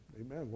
amen